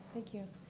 thank you.